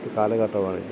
ഒരു കാലഘട്ടമാണിത്